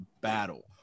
battle